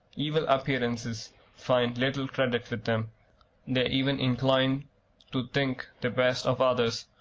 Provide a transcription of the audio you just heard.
evil appearances find little credit with them they even incline to think the best of others.